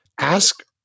ask